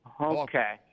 okay